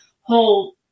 whole